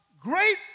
great